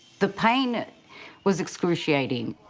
the pain was excruciating.